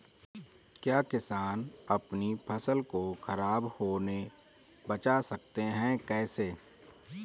क्या किसान अपनी फसल को खराब होने बचा सकते हैं कैसे?